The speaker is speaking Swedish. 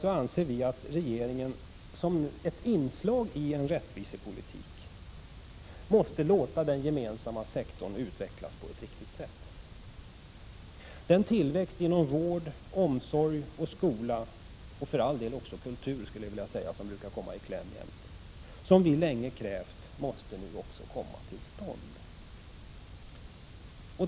Vpk anser att regeringen som ett inslag i en rättvisepolitik måste låta den gemensamma sektorn utvecklas på ett riktigt sätt. Den tillväxt inom vård, omsorg och skola samt för all del också inom kultur, som vi länge krävt, måste nu också komma till stånd.